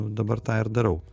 dabar tą ir darau